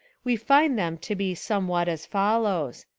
we find them to be somewhat as follows.